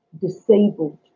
disabled